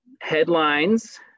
headlines